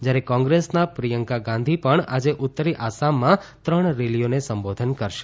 જ્યારે કોંગ્રેસના પ્રિયંકા ગાંધી પણ આજે ઉત્તરી આસામમાં ત્રણ રેલીઓને સંબોધન કરશે